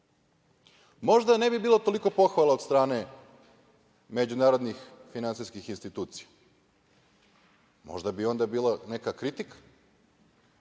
možda ne bi bilo toliko pohvala od strane međunarodnih finansijskih institucija, možda bi onda bila neka kritika.